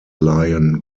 lion